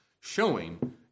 showing